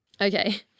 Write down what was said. Okay